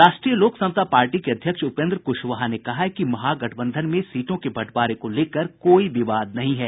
राष्ट्रीय लोक समता पार्टी के अध्यक्ष उपेन्द्र कुशवाहा ने कहा है कि महागठबंधन में सीटों के बंटवारे को लेकर कोई विवाद नहीं है